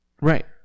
Right